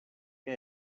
que